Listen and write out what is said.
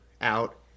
out